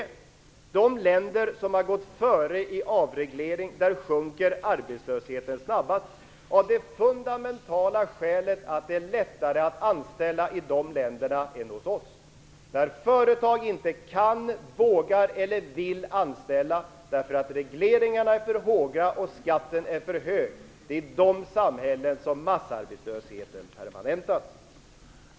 I de länder där man har gått före och gjort avregleringar sjunker arbetslösheten snabbast, av det fundamentala skälet att det är lättare att anställa i de länderna än hos oss. Hos oss kan inte, vågar inte eller vill inte företagen anställa, eftersom regleringarna är för hårda och skatten är för hög. Det är i sådana samhällen som massarbetslösheten permanentas.